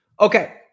Okay